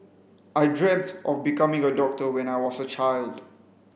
I dreamt of becoming a doctor when I was a child